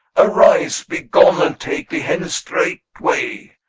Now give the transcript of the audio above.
arise, begone and take thee hence straightway,